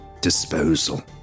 disposal